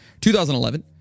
2011